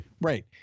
Right